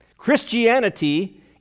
Christianity